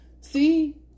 See